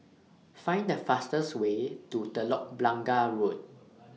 Find The fastest Way to Telok Blangah Road